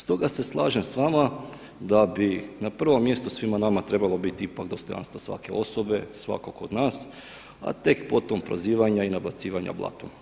Stoga se slažem s vama da bi na prvom mjestu svima nama ipak trebalo biti dostojanstvo svake osobe, svakog od nas a tek potom prozivanja i nabacivanja blatom.